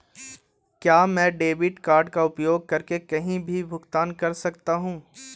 क्या मैं debit card का उपयोग करके कहीं भी भुगतान कर सकता हूं?